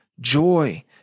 joy